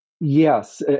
Yes